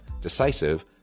decisive